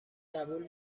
قبول